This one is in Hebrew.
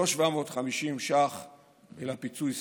לא 750 ש"ח אלא פיצוי סביר.